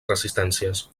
resistències